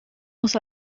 muss